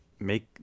make